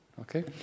Okay